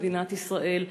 במדינת ישראל,